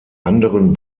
anderen